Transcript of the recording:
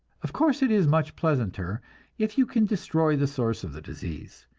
of course it is much pleasanter if you can destroy the source of the disease,